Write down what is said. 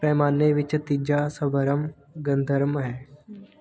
ਪੈਮਾਨੇ ਵਿੱਚ ਤੀਜਾ ਸਵਰਮ ਗੰਧਰਮ ਹੈ